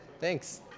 thanks